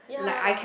yeah